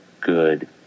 good